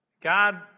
God